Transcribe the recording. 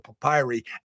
papyri